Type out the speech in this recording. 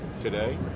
today